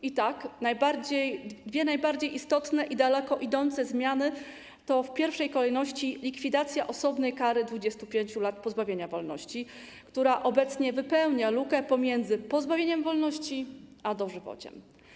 I tak: dwie najbardziej istotne i daleko idące zmiany to w pierwszej kolejności likwidacja osobnej kary 25 lat pozbawienia wolności, która to kara obecnie wypełnia lukę pomiędzy pozbawieniem wolności a dożywociem.